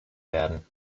werden